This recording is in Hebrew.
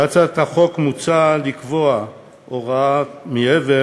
בהצעת החוק מוצע לקבוע הוראת מעבר